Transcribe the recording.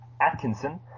Atkinson